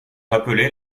appelés